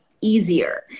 easier